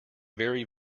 very